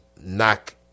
knock